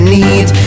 need